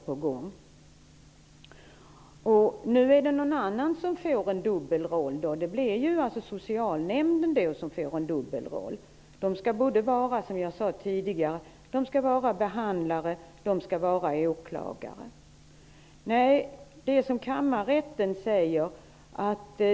Nu blir det i stället någon annan som får en dubbelroll, nämligen socialnämnden som skall vara både behandlande och åklagare. Det är som kammarrätten säger.